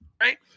right